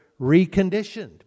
reconditioned